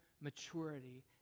maturity